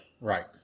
Right